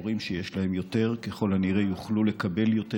הורים שיש להם פחות, ככל הנראה יוכלו לקבל יותר.